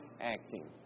acting